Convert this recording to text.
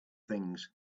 things